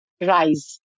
rise